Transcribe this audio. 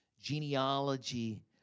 genealogy